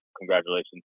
congratulations